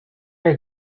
are